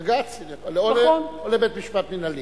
בג"ץ, או לבית-משפט מינהלי.